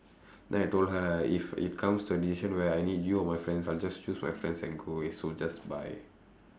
then I told her ah if it comes to a decision where I need you or my friends I'll just choose my friends and go away so just bye